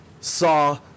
saw